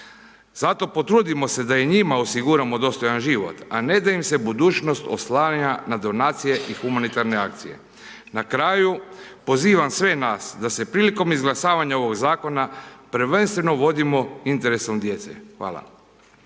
Zato potrudimo se da i njima osiguramo dostojan život, a ne da im se budućnost oslanja na donacije i humanitarne akcije. Na kraju, pozivam sve nas, da se prilikom izglasavanje ovog zakona, prvenstveno vodimo interesom djece. Hvala.